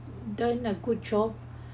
done a good job